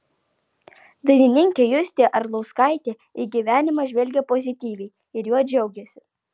dainininkė justė arlauskaitė į gyvenimą žvelgia pozityviai ir juo džiaugiasi